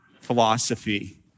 philosophy